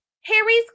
Harry's